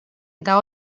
eta